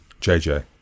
JJ